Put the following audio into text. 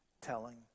telling